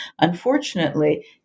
Unfortunately